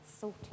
salt